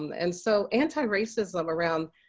and so antiracism around